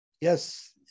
Yes